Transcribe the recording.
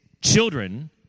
children